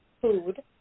food